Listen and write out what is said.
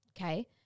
okay